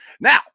Now